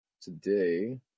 today